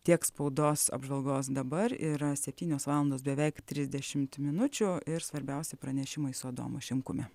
tiek spaudos apžvalgos dabar yra septynios valandos beveik trisdešimt minučių ir svarbiausi pranešimai su adomu šimkumi